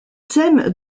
thème